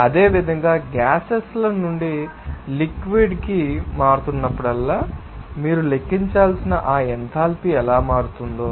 అదేవిధంగా గ్యాసెస్ల నుండి లిక్విడ్ ానికి మారుతున్నప్పుడల్లా మీరు లెక్కించాల్సిన ఆ ఎంథాల్పీ ఎలా మారుతుందో